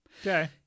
Okay